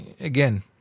again